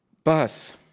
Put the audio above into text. bus.